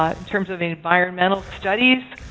ah in terms of environmental studies,